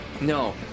No